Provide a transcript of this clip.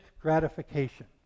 gratification